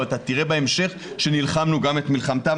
אבל אתה תראה בהמשך שנלחמנו גם את מלחמתם,